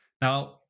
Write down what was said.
Now